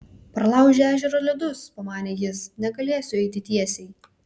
pralaužė ežero ledus pamanė jis negalėsiu eiti tiesiai